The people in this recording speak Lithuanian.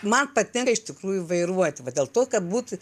man patinka iš tikrųjų vairuoti va dėl to kad būtent